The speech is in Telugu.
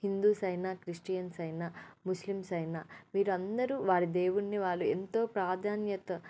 హిందూస్ అయిన క్రిస్టియన్స్ అయిన ముస్లిమ్స్ అయిన వీరందరూ వారి దేవున్ని వాళ్ళు ఎంతో ప్రాధాన్యత